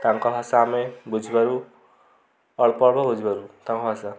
ତାଙ୍କ ଭାଷା ଆମେ ବୁଝିପାରୁ ଅଳ୍ପ ଅଳ୍ପ ବୁଝିପାରୁ ତାଙ୍କ ଭାଷା